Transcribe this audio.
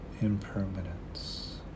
impermanence